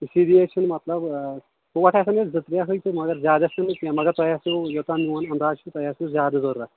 اِسی لیے چھِنہٕ مطلب آ کوٹ ہیٚکن آسَن زٕ ترٛےٚ مَگر زیادٕ آسَن نہٕ کیٚنٛہہ مَگر توہہِ آسوٕ یوتانۍ میٛون اَنٛدازٕ چھُ تۄہہِ آسوٕ زیادٕ ضروٗرت